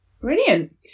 Brilliant